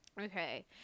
Okay